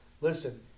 listen